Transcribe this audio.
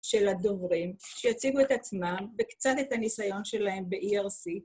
של הדוברים, שיציגו את עצמם וקצת את הניסיון שלהם ב-ERC.